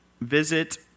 visit